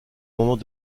moment